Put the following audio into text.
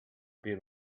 been